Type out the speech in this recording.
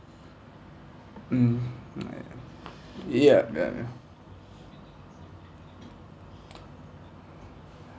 mm yup yup